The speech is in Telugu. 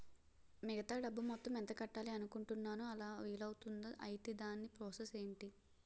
మిగతా డబ్బు మొత్తం ఎంత కట్టాలి అనుకుంటున్నాను అలా వీలు అవ్తుంధా? ఐటీ దాని ప్రాసెస్ ఎంటి?